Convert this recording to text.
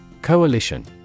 Coalition